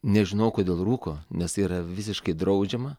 nežinau kodėl rūko nes tai yra visiškai draudžiama